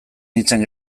nintzen